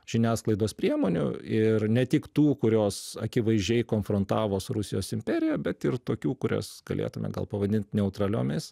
žiniasklaidos priemonių ir ne tik tų kurios akivaizdžiai konfrontavo su rusijos imperija bet ir tokių kurias galėtume gal pavadint neutraliomis